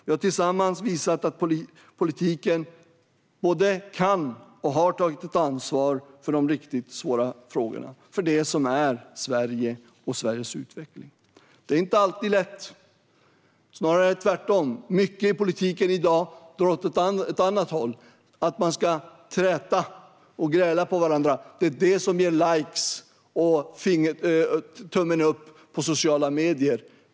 Vi har tillsammans visat att politiken både kan ta och har tagit ett ansvar för de riktigt svåra frågorna och för det som är Sverige och Sveriges utveckling. Det är inte alltid lätt - snarare tvärtom. Mycket i politiken i dag drar åt ett annat håll, nämligen att man ska träta och gräla på varandra. Det är det som ger likes och tummen upp på sociala medier.